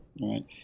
right